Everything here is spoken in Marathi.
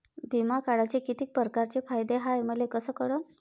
बिमा काढाचे कितीक परकारचे फायदे हाय मले कस कळन?